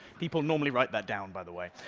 people normally write that down, by the way.